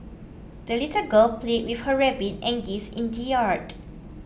the little girl played with her rabbit and geese in the yard